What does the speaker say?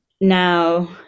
now